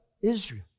Israel